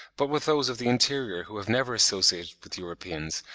but with those of the interior who have never associated with europeans,